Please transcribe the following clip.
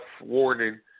warning